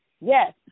Yes